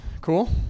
Cool